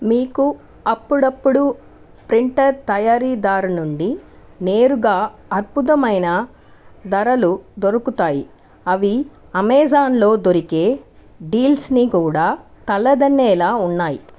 మీకు అప్పుడప్పుడు ప్రింటర్ తయారీదారు నుండి నేరుగా అద్భుతమైన ధరలు దొరుకుతాయి అవి అమెజాన్లో దొరికే డీల్స్ని కూడా తలదన్నెలా ఉన్నాయి